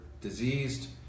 diseased